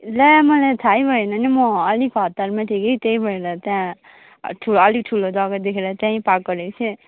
ला मलाई थाहै भएन नि म अलिक हतारमा थिएँ कि त्यही भएर त्यहाँ ठुलो अलि ठुलो जग्गा देखेर त्यहीँ पार्क गरेको थिएँ